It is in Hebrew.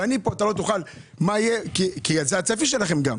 זה הצפי שלכם גם,